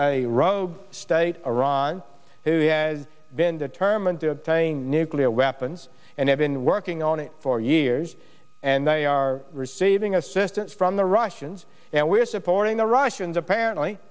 a rogue state iran who has been determined to obtain nuclear weapons and have been working on it for years and they are receiving assistance from the russians and we're supporting the russians apparently